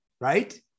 right